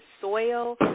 soil